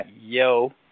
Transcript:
yo